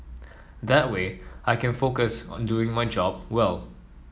that way I can focus on doing my job well